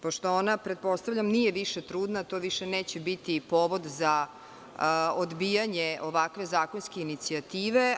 Pošto ona, pretpostavljam, nije više trudna, to više neće biti povod za odbijanje ovakve zakonske inicijative.